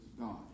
God